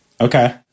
Okay